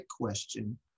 question